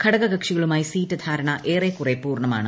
ഘടകകക്ഷികളുമായി seat ധാരണ ഏറെക്കുറെ പൂർണ്ണമായിട്ടുണ്ട്